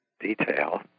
detail